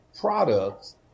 products